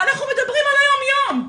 אנחנו מדברים על היום-יום.